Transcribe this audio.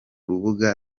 rubuga